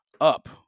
up